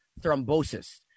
thrombosis